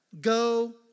go